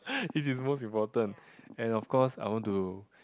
this is most important and of course I want to